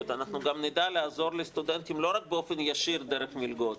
אנחנו גם נדע לעזור לסטודנטים לא רק באופן ישיר דרך מלגות,